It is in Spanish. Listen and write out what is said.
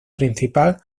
principal